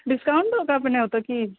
discount हौ तऽ अपने एतौ की